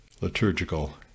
liturgical